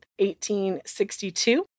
1862